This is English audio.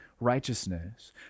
righteousness